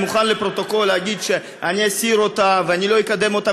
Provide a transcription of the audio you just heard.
אני מוכן לפרוטוקול להגיד שאני אסיר אותה ואני לא אקדם אותה,